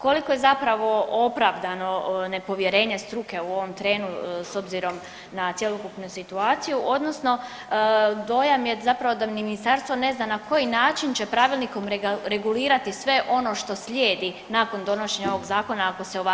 Koliko je zapravo opravdano nepovjerenje struke u ovom trenu s obzirom na cjelokupnu situaciju odnosno dojam je zapravo da ministarstvo ne zna na koji način će pravilnikom regulirati sve ono što slijedi nakon donošenja ovog zakona ako se ovako nejasan donese.